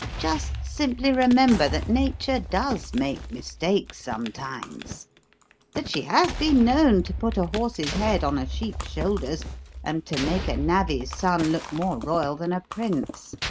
just simply remember that nature does make mistakes sometimes that she has been known to put a horse's head on a sheep's shoulders and to make a navvy's son look more royal than a prince.